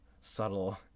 subtle